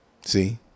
See